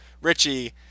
Richie